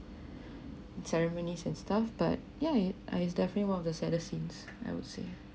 ceremonies and stuff but yeah it ah is definitely one of the saddest scenes I would say